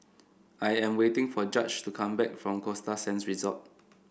I am waiting for Judge to come back from Costa Sands Resort